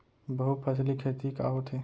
बहुफसली खेती का होथे?